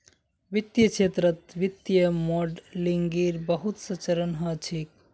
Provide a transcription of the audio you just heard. वित्तीय क्षेत्रत वित्तीय मॉडलिंगेर बहुत स चरण ह छेक